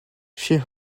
she